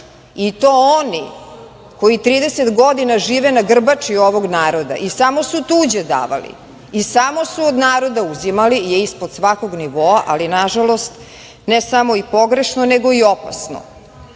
i to oni koji 30 godina žive na grbači ovog naroda i samo su tuđe davali i samo su od naroda uzimali, je ispod svakog nivoa, ali nažalost ne samo i pogrešno, nego i opasno.